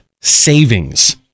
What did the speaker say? Savings